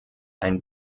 ein